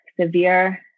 severe